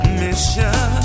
mission